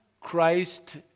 Christ